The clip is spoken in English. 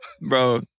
bro